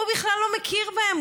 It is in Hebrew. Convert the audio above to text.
הוא בכלל לא מכיר בהם,